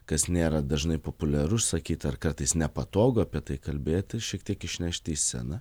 kas nėra dažnai populiaru sakyt ar kartais nepatogu apie tai kalbėti šiek tiek išnešti į sceną